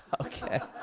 okay